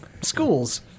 schools